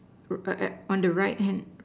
on the right hand